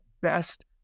best